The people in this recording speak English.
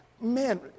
Man